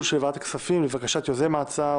של ועדת הכספים לבקשת יוזם ההצעה,